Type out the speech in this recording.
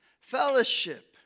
fellowship